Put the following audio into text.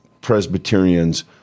Presbyterians